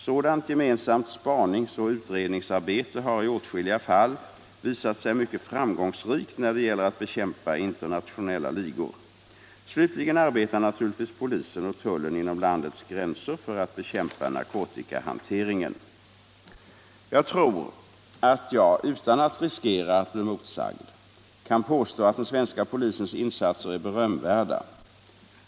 Sådant gemensamt spaningsoch utredningsarbete har i åtskilliga fall visat sig mycket framgångsrikt när det gäller att bekämpa internationella ligor. Slutligen arbetar naturligtvis polisen och tullen inom landets gränser för att bekämpa narkotikahanteringen. Jag tror att jag, utan att riskera att bli motsagd, kan påstå att den svenska polisens insatser är berömvärda.